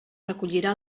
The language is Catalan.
recollirà